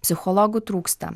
psichologų trūksta